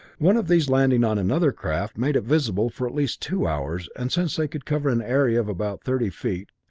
one of these, landing on another craft, made it visible for at least two hours, and since they could cover an area of about thirty feet,